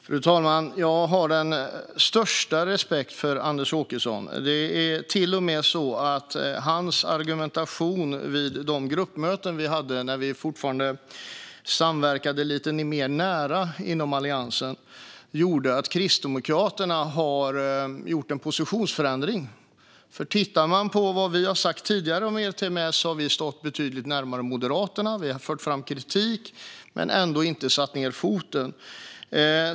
Fru talman! Jag har den största respekt för Anders Åkesson. Det är till och med så att hans argumentation vid de gruppmöten vi hade när vi fortfarande samverkade lite mer nära inom Alliansen har gjort att Kristdemokraterna gjort en positionsförändring. Om man tittar på vad vi har sagt tidigare om ERTMS har vi stått betydligt närmare Moderaterna. Vi har fört fram kritik men ändå inte satt ned foten.